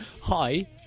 Hi